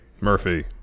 Murphy